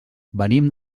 venim